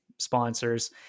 sponsors